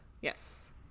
yes